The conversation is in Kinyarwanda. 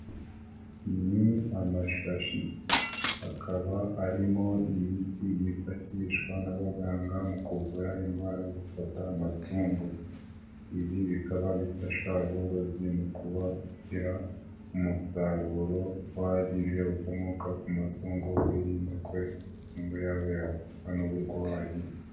Ni amashashi akaba arimo imiti yifashishwa n'abaganga mu kuvura indwara zifata amatungo, ibi bikaba bifasha aborozi mu kuba bongera umusaruro uhagije ukomoka ku matungo, birinda ko amatungo yabo yafatwa n'uburwayi.